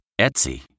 Etsy